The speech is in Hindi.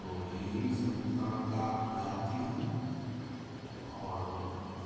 तो यही सब साँप का प्रजाति है और